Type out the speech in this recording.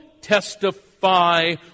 testify